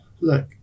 Look